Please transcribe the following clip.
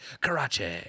Karachi